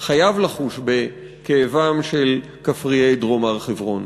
חייב לחוש בכאבם של כפרי דרום הר-חברון.